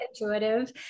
intuitive